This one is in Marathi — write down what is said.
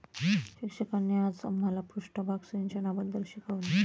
शिक्षकांनी आज आम्हाला पृष्ठभाग सिंचनाबद्दल शिकवले